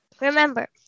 Remember